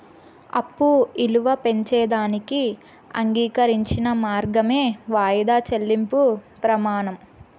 అప్పు ఇలువ పెంచేదానికి అంగీకరించిన మార్గమే వాయిదా చెల్లింపు ప్రమానం